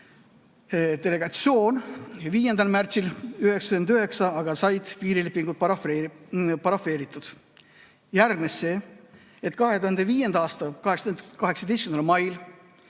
delegatsioon ja 5. märtsil 1999 said piirilepingud parafeeritud. Järgnes see, et 2005. aasta 18. mail